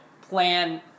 plan